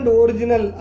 original